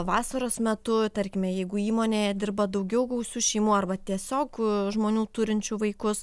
vasaros metu tarkime jeigu įmonėje dirba daugiau gausių šeimų arba tiesiog žmonių turinčių vaikus